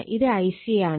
ഇത് Ic ആണ്